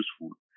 useful